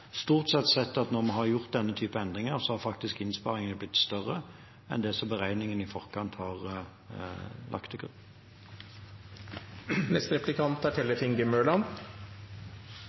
stort sett sett at når vi har gjort denne typen endringer, har faktisk innsparingene blitt større enn det beregningene i forkant har lagt til grunn. Tannhelse er